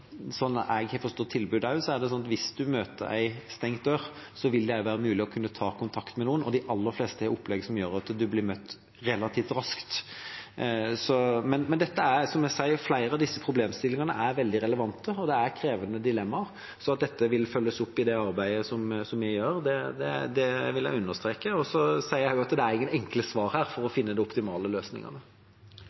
Sånn jeg har forstått tilbudet, er det sånn at hvis en møter en stengt dør, vil det også være mulig å kunne ta kontakt med noen, og de aller fleste har opplegg som gjør at en blir møtt relativt raskt. Men som jeg sier, er flere av disse problemstillingene veldig relevante, og det er krevende dilemmaer, så jeg vil understreke at dette vil følges opp i det arbeidet vi gjør. Jeg sier også at det er ingen enkle svar her for å finne de optimale løsningene.